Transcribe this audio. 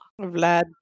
Vlad